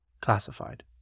classified